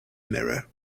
mirror